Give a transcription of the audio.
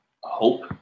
hope